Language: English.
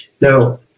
now